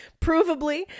provably